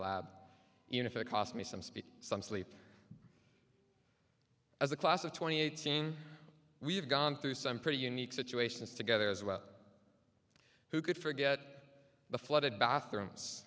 lab even if it cost me some speed some sleep as a class of twenty eighteen we've gone through some pretty unique situations together as well who could forget the flooded bathrooms